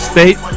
State